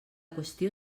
qüestió